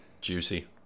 Juicy